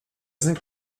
sind